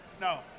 No